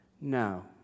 No